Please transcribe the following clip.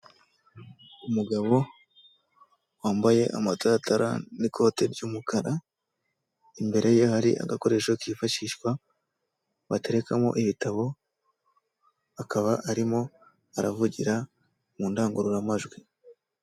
Umugabo wambaye amataratara n'ikote ry'umukara, imbere ye hari agakoresho kifashishwa, baterekamo ibitabo, akaba arimo aravugira mu ndangururamajwi.